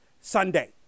Sunday